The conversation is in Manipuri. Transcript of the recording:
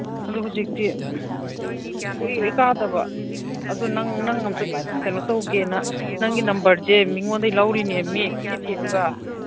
ꯑꯗꯨ ꯍꯧꯖꯤꯛꯇꯤ ꯀꯨꯏꯔꯦ ꯀꯥꯗꯕ ꯑꯗꯨ ꯅꯪ ꯅꯪ ꯑꯝꯇ ꯀꯩꯅꯣ ꯇꯧꯒꯦꯅ ꯅꯪꯒꯤ ꯅꯝꯕꯔꯁꯦ ꯃꯤꯉꯣꯟꯗꯩ ꯂꯧꯔꯤꯅꯦꯃꯤ ꯀꯣꯏꯊꯤ ꯊꯤꯔꯒ